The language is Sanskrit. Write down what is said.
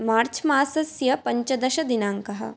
मार्च् मासस्य पञ्चदश दिनाङ्कः